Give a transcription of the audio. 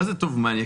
מה זה "טוב מניאק"?